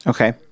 Okay